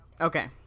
Okay